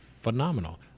phenomenal